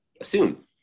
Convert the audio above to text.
assume